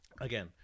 again